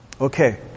okay